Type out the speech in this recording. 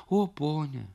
o ponia